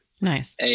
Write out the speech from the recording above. Nice